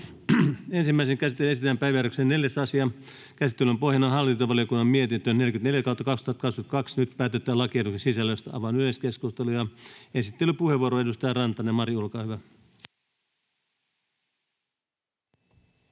Ensimmäiseen käsittelyyn esitellään päiväjärjestyksen 5. asia. Käsittelyn pohjana on hallintovaliokunnan mietintö HaVM 45/2022 vp. Nyt päätetään lakiehdotusten sisällöstä. — Avaan yleiskeskustelun. Esittelypuheenvuoro, edustaja Rantanen, Mari, olkaa hyvä.